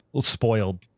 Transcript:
spoiled